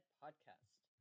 podcast